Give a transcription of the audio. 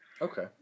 Okay